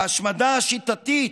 ההשמדה השיטתית,